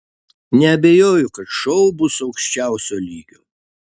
neabejoju kad šou bus aukščiausio lygio